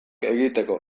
egiteko